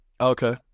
Okay